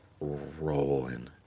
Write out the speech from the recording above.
rolling